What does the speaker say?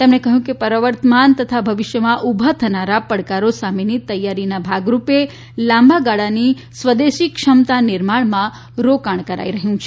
તેમણે કહ્યું કે પ્રર્વતમાન તથા ભવિષ્યમાં ઉભા થનાર પડકારો સામેની તૈયારીના ભાગરૂપે લાંબા ગાળાની સ્વદેશી ક્ષમતા નિર્માણમાં રોકાણ કરાઇ રહ્યું છે